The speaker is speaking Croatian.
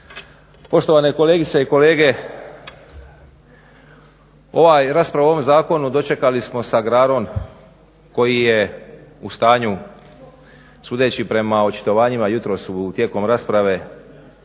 poštovane kolegice i kolege. Ova je rasprava o ovom zakonu dočekali smo sa agrarom koji je u stanju sudeći prema očitovanjima jutros, tijekom rasprave,